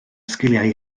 sgiliau